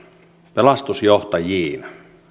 pelastusjohtajiin